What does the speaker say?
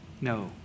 No